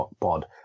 pod